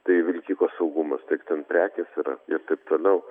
tai vilkiko saugumas ten prekės yra ir taip toliau